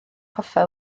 coffa